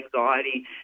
anxiety